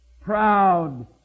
proud